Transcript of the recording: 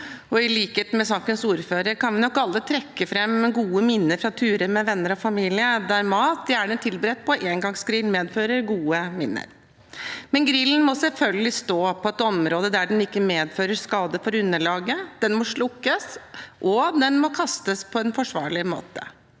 i likhet med sakens ordfører kan vi nok alle trekke fram gode minner fra turer med venner og familie der mat, gjerne tilberedt på engangsgrill, medfører gode minner. Men grillen må selvfølgelig stå på et område der den ikke medfører skade for underlaget, den må slukkes, og den må kastet på en forsvarlig måte.